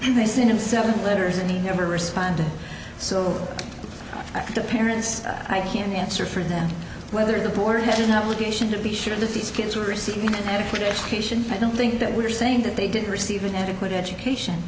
and they sent him seven letters and he never responded so at the parents i can answer for them whether the board had an obligation to be sure that these kids were receiving an adequate education i don't think that we're saying that they didn't receive an adequate education